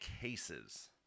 cases